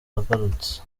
agarutse